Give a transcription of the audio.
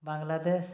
Bangladesh